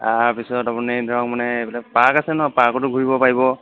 তাৰপিছত আপুনি ধৰক মানে এইবিলাক পাৰ্ক আছে নহয় পাৰ্কতো ঘূৰিব পাৰিব